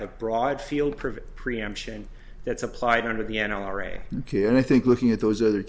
the broad field privet preemption that's applied under the n r a kid and i think looking at those other